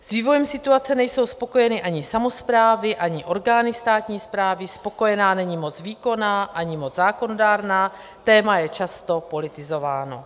S vývojem situace nejsou spokojeny ani samosprávy, ani orgány státní správy, spokojena není moc výkonná ani moc zákonodárná, téma je často politizováno.